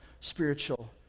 spiritual